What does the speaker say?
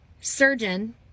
surgeon